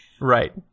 Right